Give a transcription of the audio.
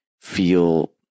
feel